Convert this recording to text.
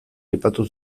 aipatu